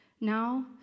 Now